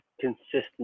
consistent